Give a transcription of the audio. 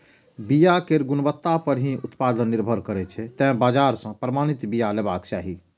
बिया केर गुणवत्ता पर ही उत्पादन निर्भर करै छै, तें बाजार सं प्रमाणित बिया लेबाक चाही